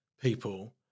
people